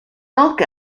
milk